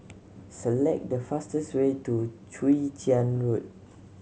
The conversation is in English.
select the fastest way to Chwee Chian Road